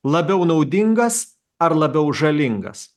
labiau naudingas ar labiau žalingas